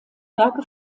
werke